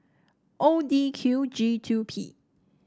O D Q G two P